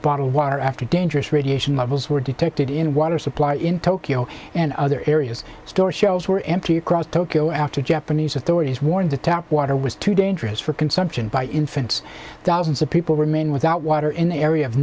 bottled water after dangerous radiation levels were detected in water supply in tokyo and other areas store shelves were empty across tokyo after japanese authorities warned the tap water was too dangerous for consumption by infants thousands of people remain without water in the area of